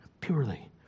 purely